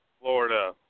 Florida